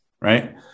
right